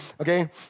okay